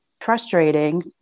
frustrating